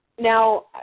Now